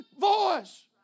voice